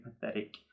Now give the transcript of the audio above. pathetic